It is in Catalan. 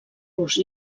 rus